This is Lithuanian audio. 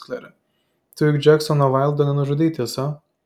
klere tu juk džeksono vaildo nenužudei tiesa